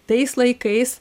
tais laikais